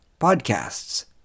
podcasts